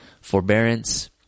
forbearance